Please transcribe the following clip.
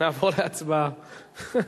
נעבור להצבעה.